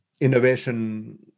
innovation